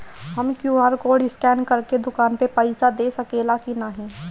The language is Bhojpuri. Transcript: हम क्यू.आर कोड स्कैन करके दुकान में पईसा दे सकेला की नाहीं?